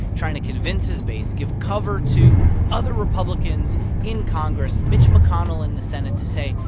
trying to convince his base, give cover to other republicans in congress, mitch mcconnell in the senate to say,